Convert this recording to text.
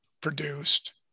produced